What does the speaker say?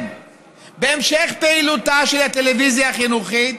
בהמשך פעילותה של הטלוויזיה החינוכית,